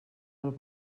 del